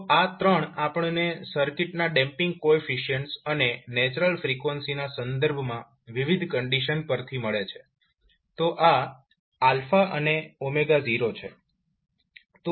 તો આ 3 આપણને સર્કિટના ડેમ્પીંગ કોએફિશિયન્ટ્સ અને નેચરલ ફ્રીક્વન્સીના સંદર્ભમાં વિવિધ કંડીશન પરથી મળે છે તો આ અને 0 છે